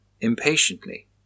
impatiently